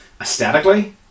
aesthetically